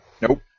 Nope